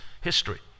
history